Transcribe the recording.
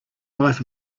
life